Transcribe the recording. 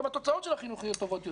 גם התוצאות של החינוך יהיה טובות יותר.